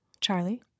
Charlie